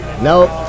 Nope